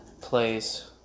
place